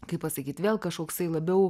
kaip pasakyt vėl kažkoksai labiau